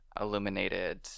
illuminated